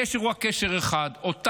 הקשר הוא הקשר אחד.